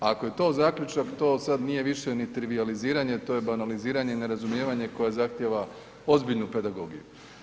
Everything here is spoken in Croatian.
Ako je to zaključak, to sad nije više ni trivijaliziranje, to je banaliziranje i nerazumijevanje koje zahtjeva ozbiljnu pedagogiju.